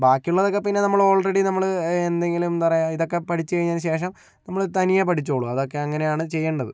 ബാക്കിയുള്ളതൊക്കെ പിന്നെ നമ്മള് ഓൾറെഡി നമ്മള് എന്തെങ്കിലും എന്താ പറയാ ഇതൊക്കെ പഠിച്ചു കഴിഞ്ഞതിന് ശേഷം നമ്മള് തനിയെ പടിച്ചോളും അതൊക്കെ അങ്ങനെയാണ് ചെയ്യേണ്ടത്